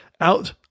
out